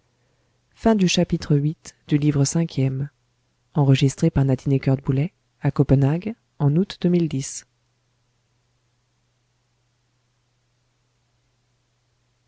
chapitre viii désagrément de